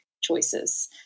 choices